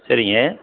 சரிங்க